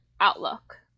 outlook